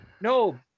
No